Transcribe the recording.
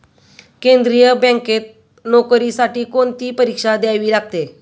केंद्रीय बँकेत नोकरीसाठी कोणती परीक्षा द्यावी लागते?